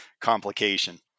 complication